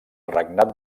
regnat